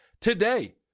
Today